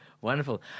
wonderful